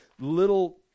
little